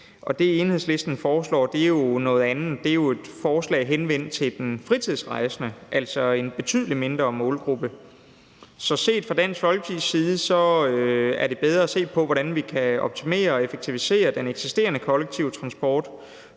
noget andet. Det er jo et forslag henvendt til den fritidsrejsende, altså en betydelig mindre målgruppe. Så set fra Dansk Folkepartis side er det bedre at se på, hvordan vi kan optimere og effektivisere den eksisterende kollektive transport,